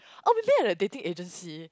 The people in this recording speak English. oh we met at a dating agency